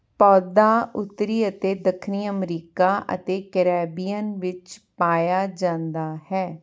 ਪੌਦਾ ਉੱਤਰੀ ਅਤੇ ਦੱਖਣੀ ਅਮਰੀਕਾ ਅਤੇ ਕੈਰੇਬੀਅਨ ਵਿੱਚ ਪਾਇਆ ਜਾਂਦਾ ਹੈ